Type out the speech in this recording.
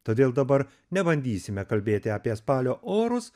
todėl dabar nebandysime kalbėti apie spalio orus